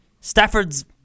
Stafford's